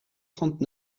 trente